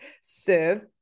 serve